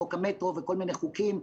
חוק המטרו וכל מיני חוקים,